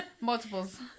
Multiples